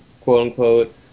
quote-unquote